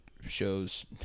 shows